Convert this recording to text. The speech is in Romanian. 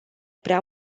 prea